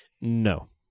No